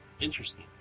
Interesting